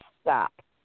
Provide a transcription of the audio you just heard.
stop